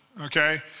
okay